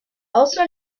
also